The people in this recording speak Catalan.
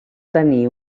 tenir